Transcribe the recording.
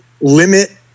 limit